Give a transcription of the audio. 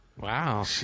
wow